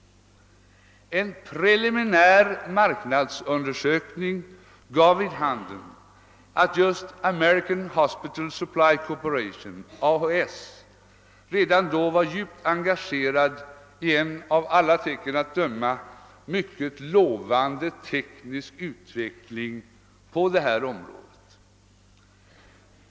En preliminär marknadsundersökning gav vid handen att just American Hospital Supply Corporation redan då var djupt engagerat i en, av alla tecken att döma, mycket lovande teknisk utveckling på detta område.